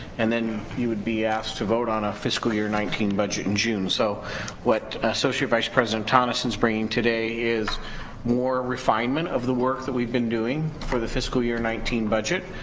and then you would be asked to vote on a fiscal year nineteen budget in june. so what associate vice president tonnison is bringing today is more refinement of the work that we've been doing for the fiscal year nineteen budget